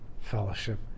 fellowship